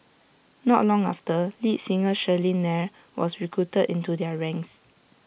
not long after lead singer Shirley Nair was recruited into their ranks